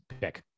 pick